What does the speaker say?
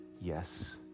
yes